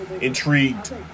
Intrigued